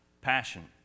Passion